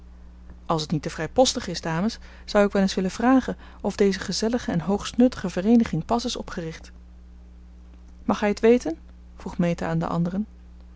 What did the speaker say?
als het niet te vrijpostig is dames zou ik wel eens willen vragen of deze gezellige en hoogst nuttige vereeniging pas is opgericht mag hij het weten vroeg meta aan de anderen